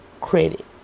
credit